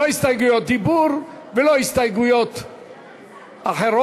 לא הסתייגויות דיבור ולא הסתייגויות אחרות.